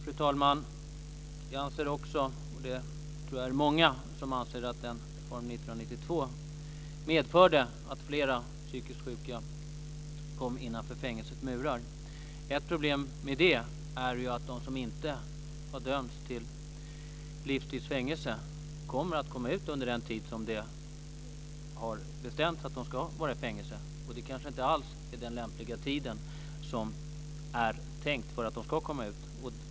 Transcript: Fru talman! Jag anser - och jag tror att det är många som anser det - att reformen 1992 medförde att fler psykiskt sjuka kom innanför fängelsets murar. Ett problem med det är ju att de som inte har dömts till livstids fängelse kommer att komma ut under den tid som det har bestämts att de ska vara i fängelse. Det kanske inte alls är den tid som är lämplig och som är tänkt för att de ska komma ut.